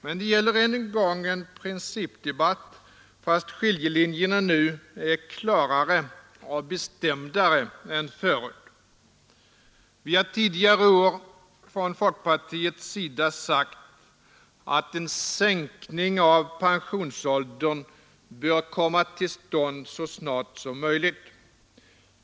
Men vi Sänkning av penhar än en gång en principdebatt, fast skiljelinjerna nu är klarare och sionsåldern m.m. bestämdare än förut. Vi har tidigare år från folkpartiets sida sagt att en sänkning av pensionsåldern bör komma till stånd så snart som möjligt.